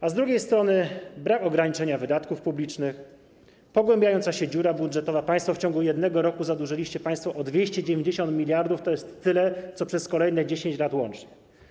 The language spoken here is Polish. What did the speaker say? A z drugiej strony brak ograniczenia wydatków publicznych, pogłębiająca się dziura budżetowa - w ciągu jednego roku zadłużyliście państwo o 290 mld, to jest tyle co przez kolejne 10 lat łącznie.